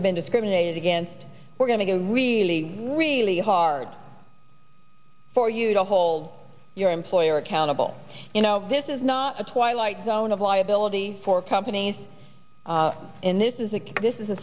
they've been discriminated against we're going to go really really hard for you to hold your employer accountable you know this is not a twilight zone of liability for companies in this is a this is a